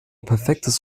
perfektes